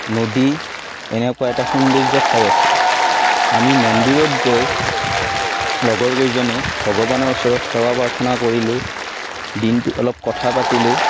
নদী এনেকুৱা এটা সৌন্দৰ্য্য ঠাই আছিল আমি মন্দিৰত গৈ লগৰ কেইজনে ভগৱানৰ ওচৰত সেৱা প্ৰাৰ্থনা কৰিলোঁ দিনটো অলপ কথা পাতিলোঁ